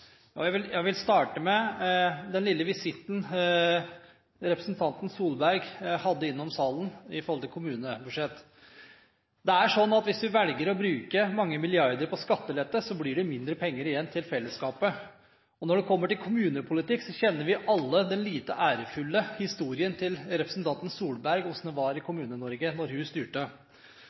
skal jeg kun snakke om Høyres politikk. Jeg vil starte med den lille visitten representanten Solberg hadde innom salen når det gjaldt kommunebudsjettet. Det er sånn at hvis du velger å bruke mange milliarder på skattelette, blir det mindre penger igjen til fellesskapet. Når det kommer til kommunepolitikk, kjenner vi alle den lite ærefulle historien til representanten Solberg, og hvordan det var i Kommune-Norge da hun styrte.